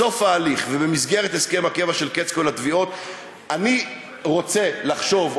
בסוף ההליך ובמסגרת הסכם הקבע של קץ כל התביעות אני רוצה לחשוב,